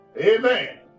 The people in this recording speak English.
Amen